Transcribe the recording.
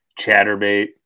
Chatterbait